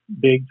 big